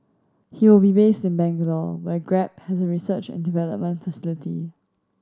he will be based in Bangalore where Grab has research and development facility